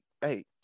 hey